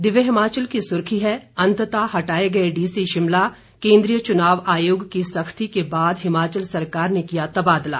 दिव्य हिमाचल की सुर्खी है अंततः हटाए गए डीसी शिमला केन्द्रीय चुनाव आयोग की सख्ती के बाद हिमाचल सरकार ने किया तबादला